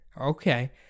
Okay